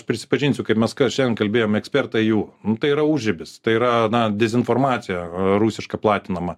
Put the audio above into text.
prisipažinsiu kai mes ką šiandien kalbėjome ekspertai jų tai yra užribis tai yra na dezinformacija rusiška platinama